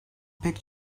pek